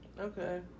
Okay